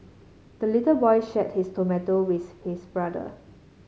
the little boy shared his tomato with his brother